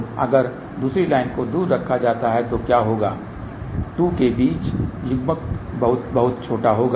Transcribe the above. तो अगर दूसरी लाइन को दूर रखा जाता है तो क्या होगा 2 के बीच युग्मन बहुत बहुत छोटा होगा